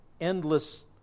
endless